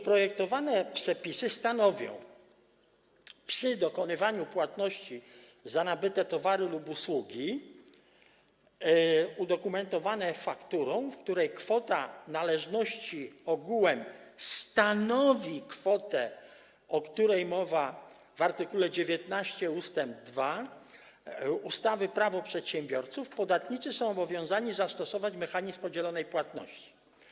Projektowane przepisy stanowią: Przy dokonywaniu płatności za nabyte towary lub usługi udokumentowane fakturą, w której kwota należności ogółem stanowi kwotę, o której mowa w art. 19 pkt 2 ustawy Prawo przedsiębiorców, podatnicy są obowiązani zastosować mechanizm podzielonej płatności.